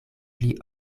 pli